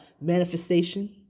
manifestation